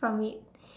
from it